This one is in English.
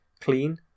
clean